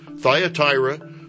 Thyatira